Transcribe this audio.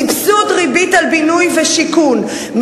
סבסוד ריבית על בינוי ושיכון,